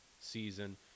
season